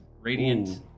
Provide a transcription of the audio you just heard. radiant